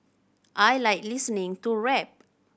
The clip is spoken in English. I like listening to rap